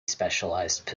specialized